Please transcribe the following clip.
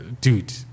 dude